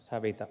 hävitä